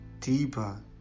deeper